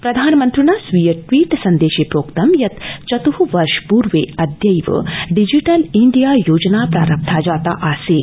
प्रधानमन्त्रिणा स्वीय ट्वीट सन्देशे प्रोक्तं यत् चत् वर्ष पूर्वे अद्यैव डिजिटल इंडिया योजना प्रारब्धा जाता आसीत्